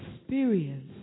experience